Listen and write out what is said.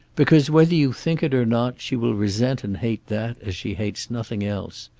because, whether you think it or not, she will resent and hate that as she hates nothing else.